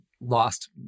lost